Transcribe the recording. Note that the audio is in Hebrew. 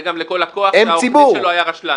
זה גם לכל לקוח שהעורך דין שלו היה רשלן.